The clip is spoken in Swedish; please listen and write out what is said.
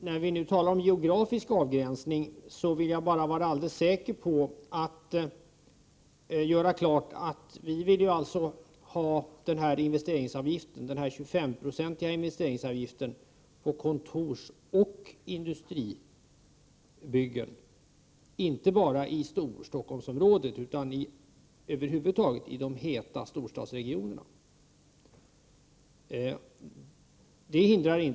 Fru talman! Beträffande den geografiska avgränsningen vill jag göra ett klarläggande. Vi vill att en investeringsavgift om 25 96 av byggkostnaderna tas ut för byggande på kontorsoch industrisidan — och då inte bara i Storstockholmsområdet utan i de heta storstadsregionerna över huvud taget.